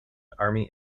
army